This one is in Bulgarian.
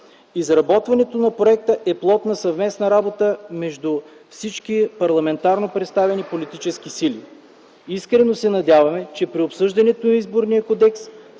Изработването на проекта е плод на съвместна работа между всички парламентарно представени политически сили. Искрено се надявам, че при обсъждането на Изборния кодекс